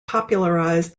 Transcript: popularized